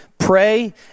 Pray